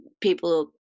people